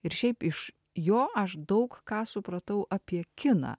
ir šiaip iš jo aš daug ką supratau apie kiną